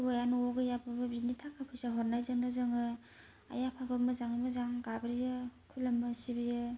हौवाया न'आव गैयाबाबो बिनि थाखाय थाखा फैसा हरनायजोंनो जोङो आइ आफाखौ मोजाङै मोजां गाबज्रियो खुलुमो सिबियो